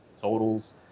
totals